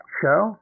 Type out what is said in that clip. show